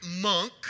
monk